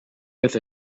with